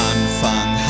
Anfang